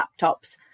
laptops